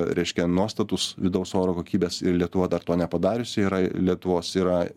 reiškia nuostatus vidaus oro kokybės ir lietuva dar to nepadariusi yra lietuvos yra